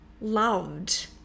loved